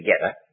together